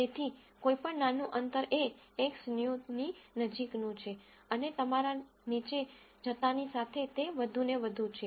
તેથી કોઈપણ નાનું અંતર એ Xnew ની નજીકનું છે અને તમારા નીચે જતાની સાથે તે વધુ અને વધુ છે